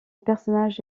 personnage